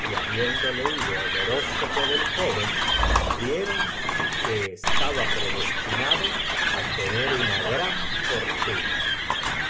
y habiendo leido el horóscopo del joven vieron c ue estaba predestinado á tener una gran fottuna